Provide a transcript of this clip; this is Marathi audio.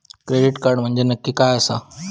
क्रेडिट कार्ड म्हंजे नक्की काय आसा?